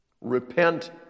Repent